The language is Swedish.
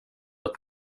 att